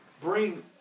bring